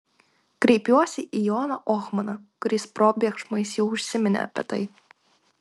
kreipiuosi į joną ohmaną kuris probėgšmais jau užsiminė apie tai